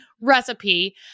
recipe